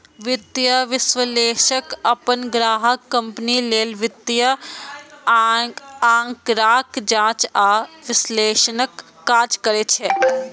वित्तीय विश्लेषक अपन ग्राहक कंपनी लेल वित्तीय आंकड़ाक जांच आ विश्लेषणक काज करै छै